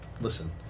Listen